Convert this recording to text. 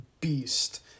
beast